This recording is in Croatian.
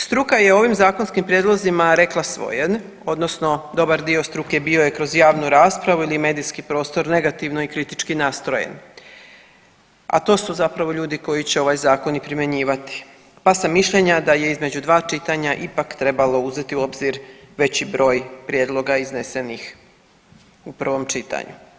Struka je ovim zakonskim prijedlozima rekla svoje odnosno dobar dio struke bio je kroz javnu raspravu ili medijski prostor negativno i kritički nastrojen, a to su zapravo ljudi koji će ovaj zakon i primjenjivati, pa sam mišljenja da je između dva čitanja ipak trebalo uzeti u obzir veći broj prijedloga iznesenih u prvom čitanju.